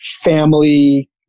family